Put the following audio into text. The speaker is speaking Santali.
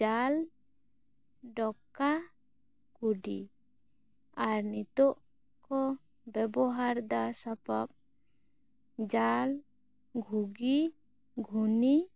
ᱡᱟᱞ ᱰᱚᱠᱟ ᱠᱩᱰᱤ ᱟᱨ ᱱᱤᱛᱚᱜ ᱠᱚ ᱵᱮᱵᱚᱦᱟᱨ ᱫᱟ ᱥᱟᱯᱟᱵ ᱡᱟᱞ ᱜᱷᱩᱜᱤ ᱜᱷᱩᱱᱤ